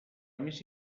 més